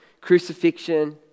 crucifixion